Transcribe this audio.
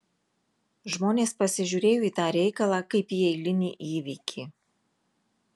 žmonės pasižiūrėjo į tą reikalą kaip į eilinį įvykį